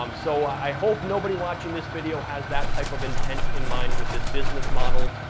um so, i hope nobody watching this video has that type of intent in mind with this business model,